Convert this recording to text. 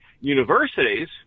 universities